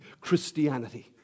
Christianity